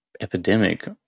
epidemic